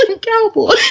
cowboy